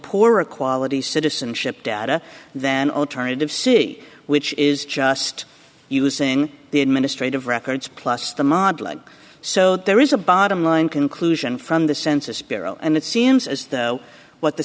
poorer quality citizenship data than alternative c which is just using the administrative records plus the modeling so there is a bottom line conclusion from the census bureau and it seems as though what the